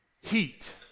heat